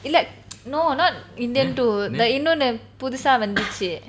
இல்ல இல்ல:illa illa no not indian two like இன்னொன்னு புதுசா வந்துச்சு:innonu puthusa vanthuchu